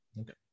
Okay